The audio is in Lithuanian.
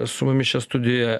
su mumis čia studijoje